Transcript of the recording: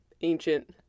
ancient